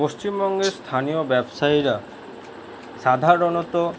পশ্চিমবঙ্গের স্থানীয় ব্যবসায়ীরা সাধারণত